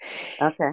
Okay